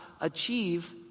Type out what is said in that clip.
achieve